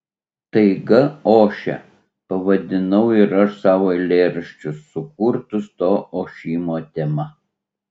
taiga ošia pavadinau ir aš savo eilėraščius sukurtus to ošimo tema